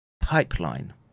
pipeline